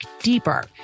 deeper